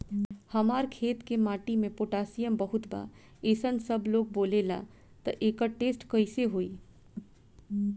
हमार खेत के माटी मे पोटासियम बहुत बा ऐसन सबलोग बोलेला त एकर टेस्ट कैसे होई?